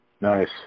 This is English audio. Nice